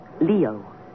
Leo